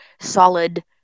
solid